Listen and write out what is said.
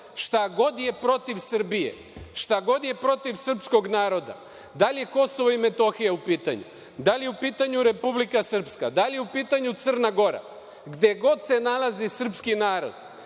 god je protiv Srbije, šta god je protiv srpskog naroda, da li je u pitanju Kosovo i Metohija, da li je u pitanju Republika Srpska, da li je u pitanju Crna Gora, gde god se nalazi srpski narod,